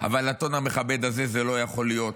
אבל בטון המכבד הזה לא יכול להיות